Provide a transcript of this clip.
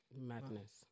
madness